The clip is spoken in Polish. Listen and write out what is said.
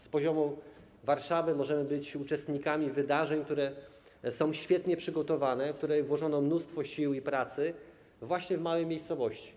Z poziomu Warszawy możemy być uczestnikami wydarzeń, które są świetnie przygotowane, w które włożono mnóstwo sił i pracy, właśnie w małej miejscowości.